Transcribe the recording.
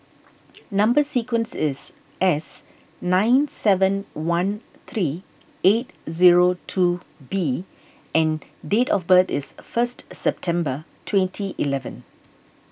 Number Sequence is S nine seven one three eight zero two B and date of birth is first September twenty eleven